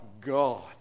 God